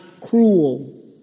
cruel